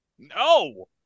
No